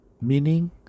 Meaning